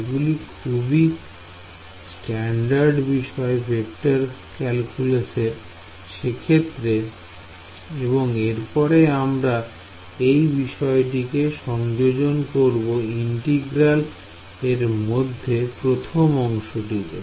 এগুলো খুবই স্ট্যান্ডারড বিষয় ভেক্টর ক্যালকুলাশের ক্ষেত্রে এবং এরপরে আমরা এই বিষয়টিকে সংযোজন করব ইন্টিগ্রাল এর মধ্যে প্রথম অংশটিতে